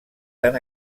tan